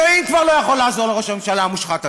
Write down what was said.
אלוהים כבר לא יכול לעזור לראש הממשלה המושחת הזה,